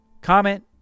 comment